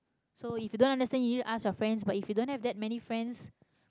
so if you don't understand you need to ask your friends but if you don't have that many friends